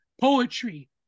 poetry